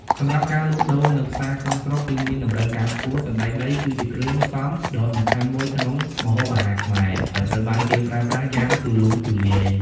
សំរាប់ការលក់ដូរនៅផ្សារក្នុងស្រុក គឺមានតម្រូវការខ្ពស់ សណ្តែកដីគឺជាគ្រឿងផ្សំដ៏សំខាន់មួយក្នុងម្ហូបអាហារខ្មែរ ហើយត្រូវបានគេប្រើប្រាស់យ៉ាងទូលំទូលាយ។